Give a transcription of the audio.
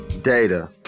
Data